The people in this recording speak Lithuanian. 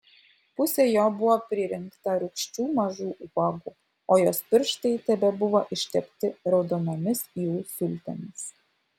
pusė jo buvo pririnkta rūgščių mažų uogų o jos pirštai tebebuvo ištepti raudonomis jų sultimis